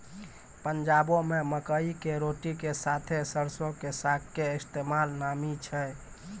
पंजाबो मे मकई के रोटी के साथे सरसो के साग के इस्तेमाल नामी छै